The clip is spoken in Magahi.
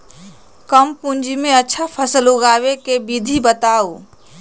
कम पूंजी में अच्छा फसल उगाबे के विधि बताउ?